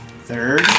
third